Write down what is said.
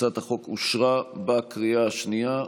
הצעת החוק אושרה בקריאה השנייה.